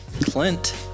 Clint